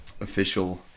official